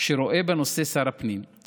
שרואה שר הפנים בנושא.